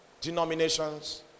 denominations